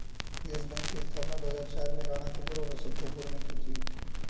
yes bank की स्थापना दो हजार चार में राणा कपूर और अशोक कपूर ने की थी